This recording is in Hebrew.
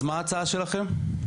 אז מה ההצעה שלכם?